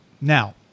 Now